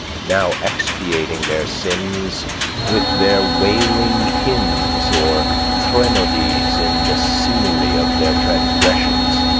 now expiating their sins with their wailing hymns or threnodies in the scenery of their transgressions.